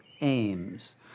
aims